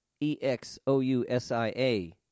E-X-O-U-S-I-A